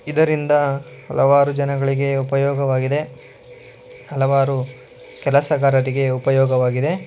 ಇದರಿಂದ ಹಲವಾರು ಜನಗಳಿಗೆ ಉಪಯೋಗವಾಗಿದೆ ಹಲವಾರು ಕೆಲಸಗಾರರಿಗೆ ಉಪಯೋಗವಾಗಿದೆ